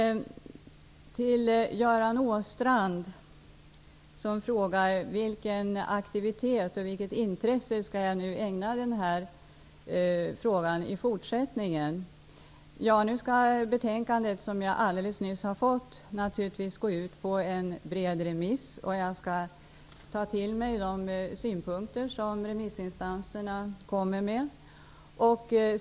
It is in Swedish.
Göran Åstrand frågar efter vilken aktivitet och vilket intresse jag nu skall ägna denna fråga i fortsättningen. Nu skall betänkandet, som jag alldeles nyss har fått, naturligtvis gå ut på en bred remiss. Jag skall ta till mig de synpunkter som remissinstanserna kommer med.